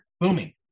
Booming